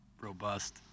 robust